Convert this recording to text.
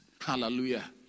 Hallelujah